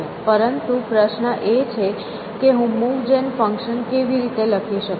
પરંતુ પ્રશ્ન એ છે કે હું મૂવ જેન ફંક્શન કેવી રીતે લખી શકું